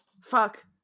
Fuck